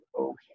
okay